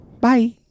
Bye